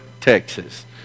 Texas